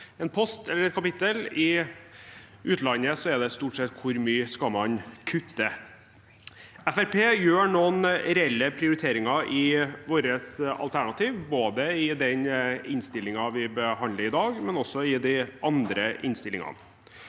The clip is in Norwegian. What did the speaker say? en post eller et kapittel. I utlandet er det stort sett hvor mye man skal kutte. Fremskrittspartiet gjør noen reelle prioriteringer i vårt alternativ, både i den innstillingen vi behandler i dag, og også i de andre innstillingene.